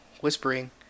whispering